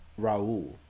Raul